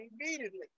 immediately